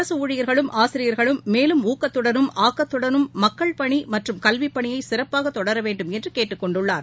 அரசு ஊழியர்களும் ஆசிரியர்களும் மேலும் ஊக்கத்துடனும் ஆக்கத்துடனும் மக்கள் பணி மற்றும் கல்விப்பணியை சிறப்பாக தொடர வேண்டுமென்று கேட்டுக் கொண்டுள்ளார்